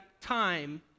time